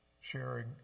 sharing